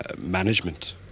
management